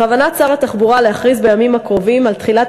בכוונת שר התחבורה להכריז בימים הקרובים על תחילת